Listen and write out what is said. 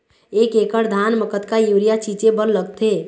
एक एकड़ धान म कतका यूरिया छींचे बर लगथे?